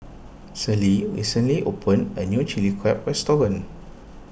Celie recently opened a new Chili Crab restaurant